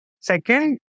Second